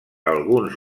alguns